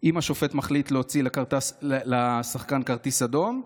אם השופט מחליט להוציא לשחקן כרטיס אדום,